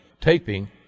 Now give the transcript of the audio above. taping